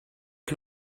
can